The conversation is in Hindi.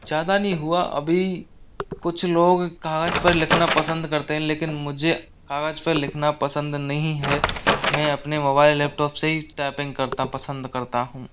ज़्यादा नहीं हुआ अभी कुछ लोग कागज पर लिखना पसंद करते हैं लेकिन मुझे कागज पर लिखना पसंद नहीं है मैं अपने मोबाइल लैपटॉप से ही टायपिंग करना पसंद करता हूँ